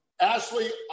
Ashley